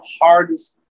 hardest